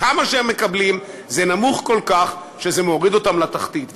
וכמה שהם מקבלים זה נמוך כל כך שזה מוריד אותם לתחתית.